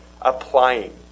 applying